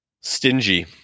stingy